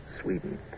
Sweden